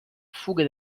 fughe